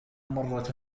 مرة